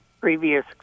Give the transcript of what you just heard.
previous